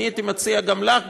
הייתי מציע גם לך,